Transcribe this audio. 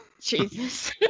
Jesus